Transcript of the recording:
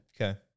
Okay